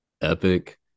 epic